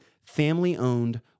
family-owned